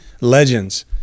legends